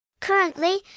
Currently